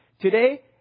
Today